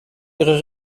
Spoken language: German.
ihre